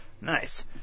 Nice